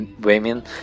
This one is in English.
women